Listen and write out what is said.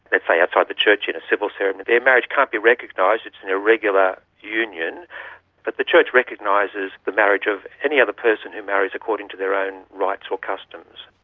let's say outside the church in a civil ceremony, their marriage can't be recognised, it's an irregular union but the church recognises the marriage of any other person who marries according to their own rites or customs.